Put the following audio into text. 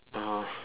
(uh huh)